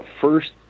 first